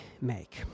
make